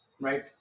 right